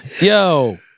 yo